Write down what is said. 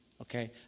okay